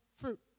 fruit